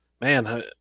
man